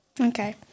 Okay